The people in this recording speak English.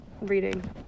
Reading